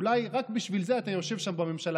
אולי רק בשביל זה אתה יושב שם בממשלה,